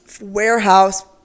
warehouse